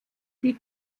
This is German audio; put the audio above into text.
die